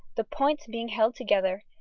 the points being held together,